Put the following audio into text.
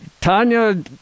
Tanya